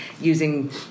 using